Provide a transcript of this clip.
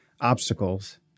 obstacles